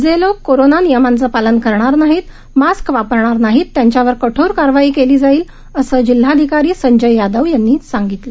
जे लोक कोरोना नियमांचं पालन करणार नाहीत मास्क वापरणार नाहीत त्यांच्यावर कठोर कारवाई केली जाईल असं जिल्हाधिकारी संजय यादव यांनी सांगितलं